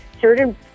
certain